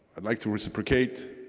i'd like to reciprocate.